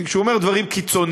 כי כשהוא אומר דברים קיצוניים,